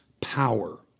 power